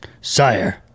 Sire